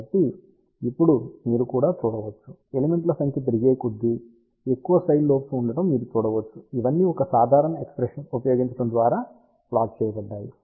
కాబట్టి ఇప్పుడు మీరు కూడా చూడవచ్చు ఎలిమెంట్ల సంఖ్య పెరిగేకొద్దీ ఎక్కువ సైడ్ లోబ్స్ ఉండటం మీరు చూడవచ్చు ఇవన్నీ ఒక సాధారణ ఎక్ష్ప్రెషన్ ఉపయోగించడం ద్వారా ప్లాట్ చేయబడ్డాయి